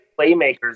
playmakers